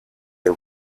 the